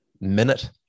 minute